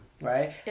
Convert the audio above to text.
right